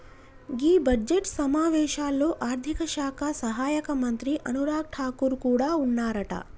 గీ budget సమావేశాల్లో ఆర్థిక శాఖ సహాయక మంత్రి అనురాగ్ ఠాగూర్ కూడా ఉన్నారట